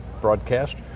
broadcast